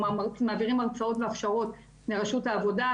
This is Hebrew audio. מעבירים הכשרות והרצאות למשרד העבודה,